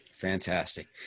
fantastic